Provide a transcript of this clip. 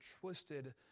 twisted